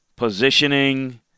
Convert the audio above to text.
positioning